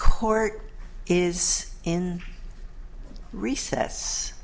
court is in recess